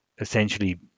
essentially